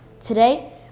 Today